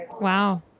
Wow